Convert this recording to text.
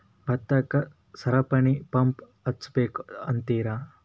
ಭತ್ತಕ್ಕ ಸರಪಣಿ ಪಂಪ್ ಹಚ್ಚಬೇಕ್ ಅಂತಿರಾ?